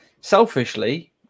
Selfishly